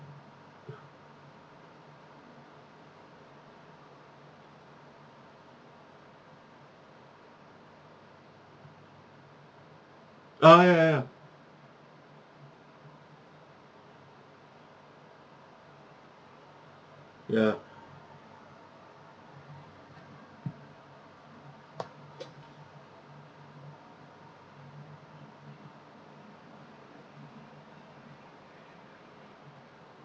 ah ya ya ya ya